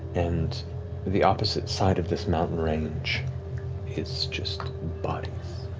and the opposite side of this mountain range is just bodies,